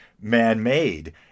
man-made